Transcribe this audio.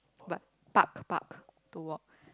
park park to walk